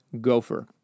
gopher